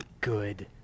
good